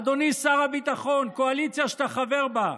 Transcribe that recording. אדוני שר הביטחון, הקואליציה שאתה חבר בה,